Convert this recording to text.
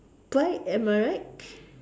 bike am I right